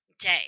day